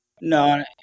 No